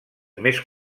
més